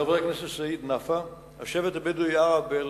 חבר הכנסת סעיד נפאע שאל את שר התשתיות הלאומיות ביום